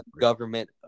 Government